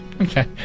Okay